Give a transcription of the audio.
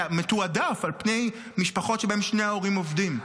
מתועדף על פני משפחות שבהן שני ההורים עובדים.